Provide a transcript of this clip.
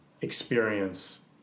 experience